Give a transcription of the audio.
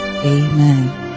Amen